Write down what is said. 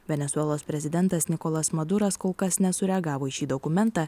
venesuelos prezidentas nikolas maduras kol kas nesureagavo į šį dokumentą